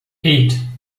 eight